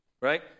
right